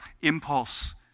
impulse